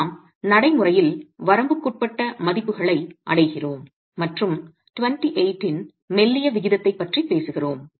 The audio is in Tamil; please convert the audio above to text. நாம் நடைமுறையில் வரம்புக்குட்பட்ட மதிப்புகளை அடைகிறோம் மற்றும் 28 இன் மெல்லிய விகிதத்தைப் பற்றி பேசுகிறோம்